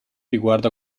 riguardo